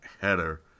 header